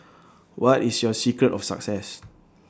what is your secret of success